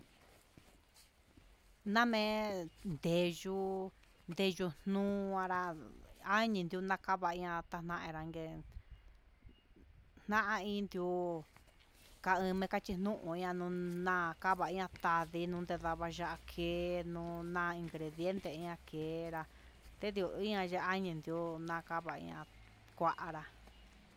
Namen ndeyuu ndeyu nuu anra ayen tava ña'a tana'a anrake na'a iin ndi'ó kan kandechu ñuu na'a kabaña tadii nunke yava yakii ken onda incrediente ña'a ke'era, teduu inña ya'á endió ndó ñavara kuara.